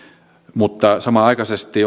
mutta samanaikaisesti